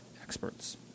experts